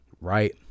right